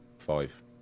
five